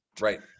Right